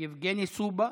יבגני סובה,